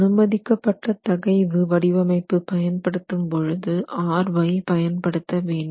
அனுமதிக்கப்பட்ட தகைவு வடிவமைப்பு பயன்படுத்தும் போது Ry பயன்படுத்த வேண்டும்